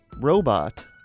robot